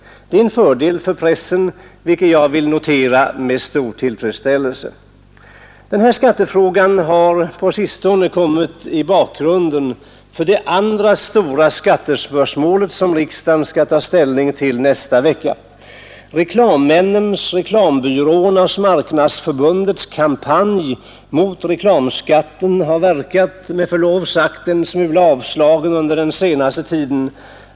Det är en fördel för pressen, och det noterar jag med stor tillfredsställelse. Denna skattefråga har på sistone kommit i bakgrunden för det andra stora skattespörsmål som riksdagen skall ta ställning till nästa vecka. Reklammännens, reklambyråernas och Marknadsförbundets kampanj mot reklamskatten har med förlov sagt verkat en smula avslagen under den senaste tiden.